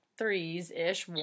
threes-ish